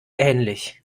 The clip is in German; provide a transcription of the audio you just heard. ähnlich